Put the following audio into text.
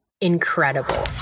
incredible